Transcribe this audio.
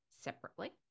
separately